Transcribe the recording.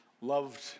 loved